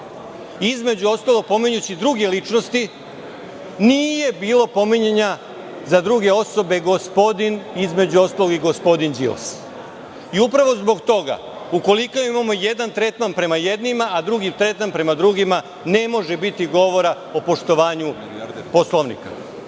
Između ostalog, pominjući druge ličnosti, nije bilo pominjanja za druge osobe, između ostalog i gospodin Đilas. Upravo zbog toga, ukoliko imamo jedan tretman prema jednima, a drugi tretman prema drugima, ne može biti govora o poštovanju Poslovnika.